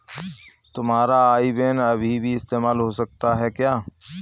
तुम्हारा IBAN अभी भी इस्तेमाल हो सकता है क्या?